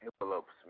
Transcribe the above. envelopes